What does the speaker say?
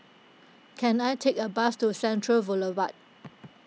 can I take a bus to Central Boulevard